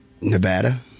Nevada